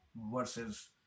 versus